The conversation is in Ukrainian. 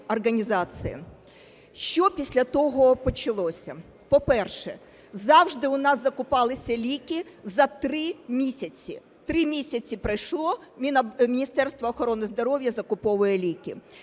Що після того почалося? По-перше, завжди у нас закупалися ліки за три місяці. Три місяці пройшло – Міністерство охорони здоров'я закуповує ліки.